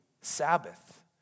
Sabbath